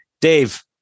Dave